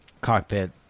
cockpit